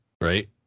Right